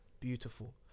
beautiful